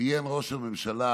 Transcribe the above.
ציין ראש הממשלה